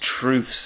truths